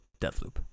Deathloop